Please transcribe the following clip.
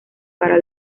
para